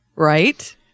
Right